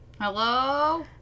Hello